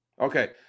Okay